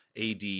AD